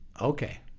Okay